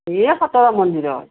এই খটৰা মন্দিৰত